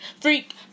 Freak